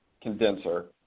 condenser